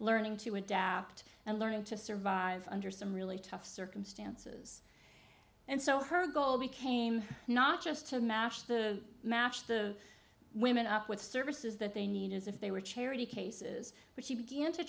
learning to adapt and learning to survive under some really tough circumstances and so her goal became not just to mash the match the women up with services that they need as if they were charity cases but she began to